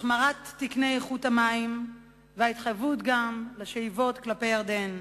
החמרת תקני איכות המים וההתחייבות לשאיבות כלפי ירדן.